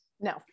No